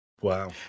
Wow